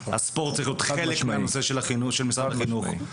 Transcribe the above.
הספורט זה חלק מהנושא של משרד החינוך.